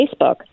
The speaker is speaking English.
Facebook